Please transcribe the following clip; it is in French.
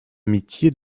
métier